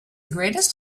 greatest